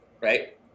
right